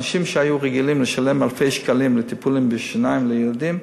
אנשים שהיו רגילים לשלם אלפי שקלים לטיפולי שיניים לילדים,